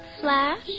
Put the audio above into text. Flash